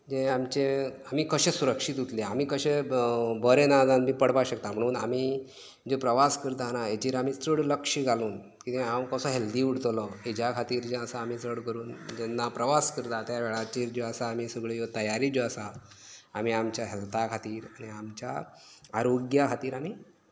जे आमचें आमी कशें सुरक्षीत उरतले आमी कशें बरें ना जावन बी पडपाक शकता म्हणून आमी जे प्रवास करताना हेजेर आमी चड लक्ष घालून कितें हांव कसो हेल्दी उरतलों हेज्या खातीर जें आसा आमी चड करून जेन्ना प्रवास करता त्या वेळाचेर जे आसा आमी सगळ्यो तयारी ज्यो आसा आमी आमच्या हॅल्था खातीर आनी आमच्या आरोग्या खातीर आमी